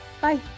bye